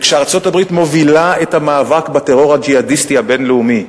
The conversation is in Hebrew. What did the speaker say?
כשארצות-הברית מובילה את המאבק בטרור הג'יהאדיסטי הבין-לאומי,